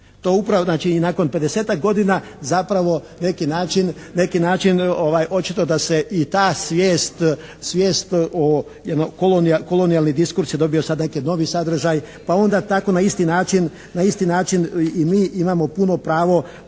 Znači i nakon 50.-tak godina zapravo na neki način očito da se i ta svijest o jednoj, kolonijalni diskurs je dobio sad neki novi sadržaj, pa onda tako na isti način i mi imamo puno pravo,